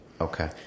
Okay